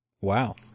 Wow